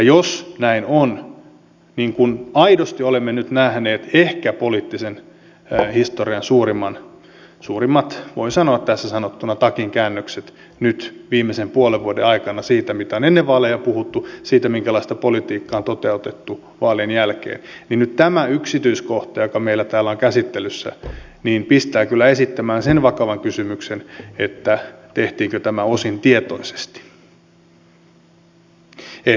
jos näin on niin kun aidosti olemme nyt nähneet ehkä poliittisen historian suurimmat voin sanoa tässä sanottuna takinkäännökset nyt viimeisen puolen vuoden aikana siitä mitä on ennen vaaleja puhuttu siihen minkälaista politiikkaa on toteutettu vaalien jälkeen niin nyt tämä yksityiskohta joka meillä täällä on käsittelyssä pistää kyllä esittämään sen vakavan kysymyksen tehtiinkö tämä osin tietoisesti